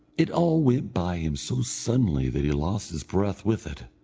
it all went by him so suddenly that he lost his breath with it,